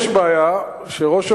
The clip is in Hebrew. יש בעיה שראש הממשלה,